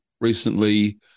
recently